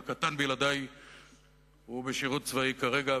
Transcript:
הקטן בילדי בשירות צבאי כרגע,